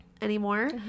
anymore